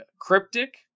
cryptic